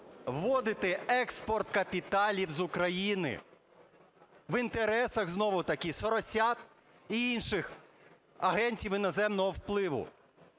вводите експорт капіталів з України в інтересах знову-таки "соросят" і інших агентів іноземного впливу.